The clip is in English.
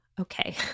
okay